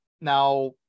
now